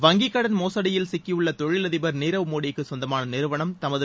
வங்கிக்கடன் மோசடியில் சிக்கியுள்ள தொழிலதிபர் நீரவ் மோடிக்கு சொந்தமான நிறுவனம் தமது